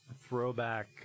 throwback